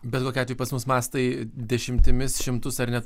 bet kokiu atveju pas mus mastai dešimtimis šimtus ar net